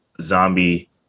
zombie